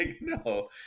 no